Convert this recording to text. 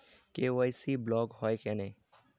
KYC block হয় কেনে?